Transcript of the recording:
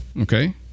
Okay